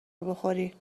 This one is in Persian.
بخوری